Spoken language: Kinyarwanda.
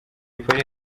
polly